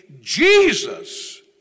Jesus